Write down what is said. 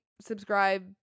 subscribe